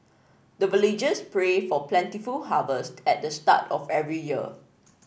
the villagers pray for plentiful harvest at the start of every year